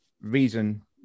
reason